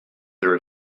there